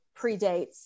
predates